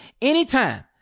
anytime